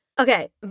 Okay